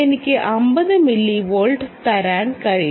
എനിക്ക് 50 മില്ലിവോൾട്ട് തരാൻ കഴിയും